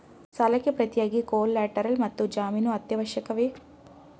ಸಾಲಕ್ಕೆ ಪ್ರತಿಯಾಗಿ ಕೊಲ್ಯಾಟರಲ್ ಮತ್ತು ಜಾಮೀನು ಅತ್ಯವಶ್ಯಕವೇ?